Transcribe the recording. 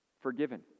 forgiven